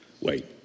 Wait